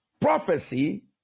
Prophecy